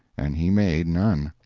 and he made none.